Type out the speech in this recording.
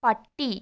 പട്ടി